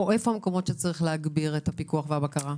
או איפה המקומות שצריך להגביר בהם את הפיקוח והבקרה?